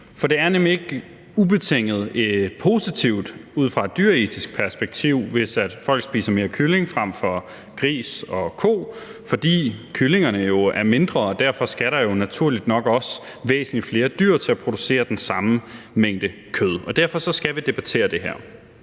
Det er nemlig ikke ubetinget positivt ud fra et dyreetisk perspektiv, hvis folk spiser mere kylling frem for gris og ko, fordi kyllingerne jo er mindre og der derfor naturligt nok også skal væsentlig flere dyr til for at producere den samme mængde kød. Og derfor skal vi debattere det her.